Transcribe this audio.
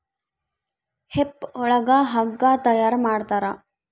hemp ಒಳಗ ಹಗ್ಗ ತಯಾರ ಮಾಡ್ತಾರ